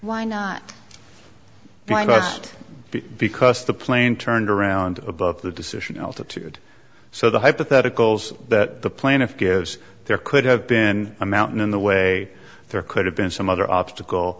just because the plane turned around about the decision altitude so the hypotheticals that the plaintiff gives there could have been a mountain in the way there could have been some other obstacle